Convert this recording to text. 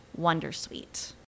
Wondersuite